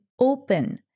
open